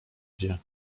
wie